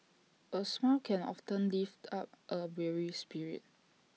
A smile can often lift up A weary spirit